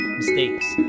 mistakes